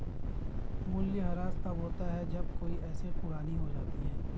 मूल्यह्रास तब होता है जब कोई एसेट पुरानी हो जाती है